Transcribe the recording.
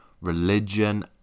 religion